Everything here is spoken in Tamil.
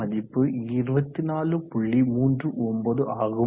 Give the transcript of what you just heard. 39 ஆகும்